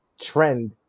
trend